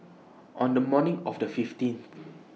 on The morning of The fifteenth